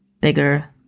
bigger